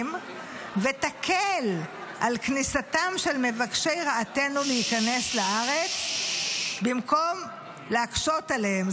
ותקל על כניסתם של מבקשי רעתנו להיכנס לארץ במקום להקשות עליהם.